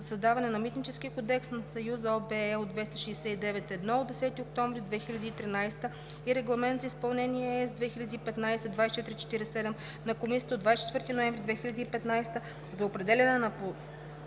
създаване на Митнически кодекс на Съюза (ОВ, L 269/1 от 10 октомври 2013 г.) и Регламент за изпълнение (ЕС) 2015/2447 на Комисията от 24 ноември 2015 г. за определяне на